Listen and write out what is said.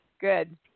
Good